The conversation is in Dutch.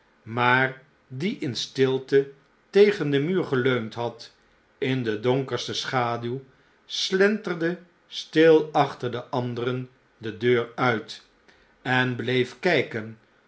maar die in stilte tegen den muur geleund bad in de donkerste schaduw slenterde stil achter de anderen de deur uit en bleel'kijken